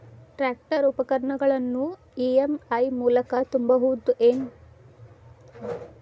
Tractor ಉಪಕರಣಗಳನ್ನು EMI ಮೂಲಕ ತುಂಬಬಹುದ ಏನ್?